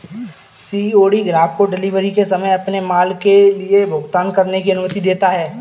COD ग्राहक को delivery के समय अपने माल के लिए भुगतान करने की अनुमति देता है